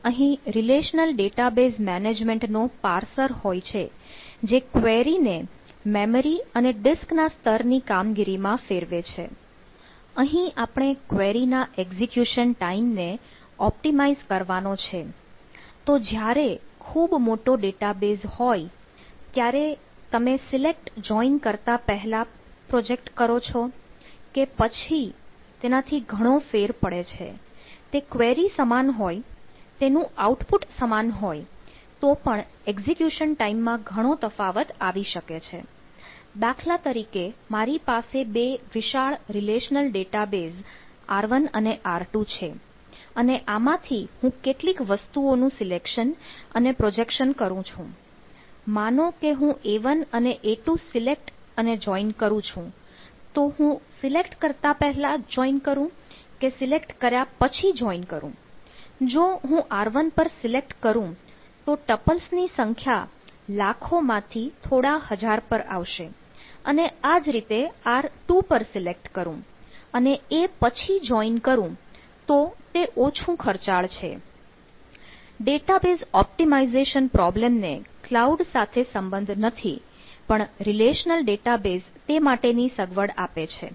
તો અહીં relational database management તે માટે ની સગવડ આપે છે